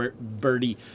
Birdie